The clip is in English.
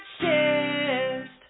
chest